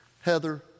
Heather